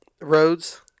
roads